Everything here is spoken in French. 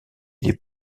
des